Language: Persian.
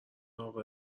اقا